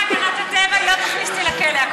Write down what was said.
החברה להגנת הטבע לא תכניס אותי לכלא.